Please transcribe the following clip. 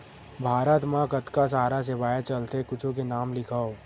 भारत मा कतका सारा सेवाएं चलथे कुछु के नाम लिखव?